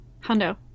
Hondo